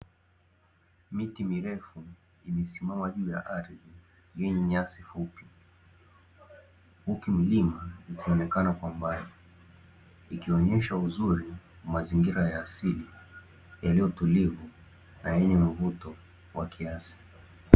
Miti mirefu imesimama juu ya ardhi yenye nyasi fupi, huku milima ikionekana kwa mbali. Ikionesha uzuri wa mazingira ya asili yaliyotulivu na yenye mvuto wa kiasi.